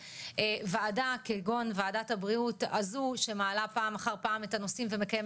ועדה כגון ועדת הבריאות הזו שמעלה פעם אחר פעם את הנושאים ומקיימת